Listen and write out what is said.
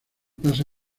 pasa